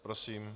Prosím.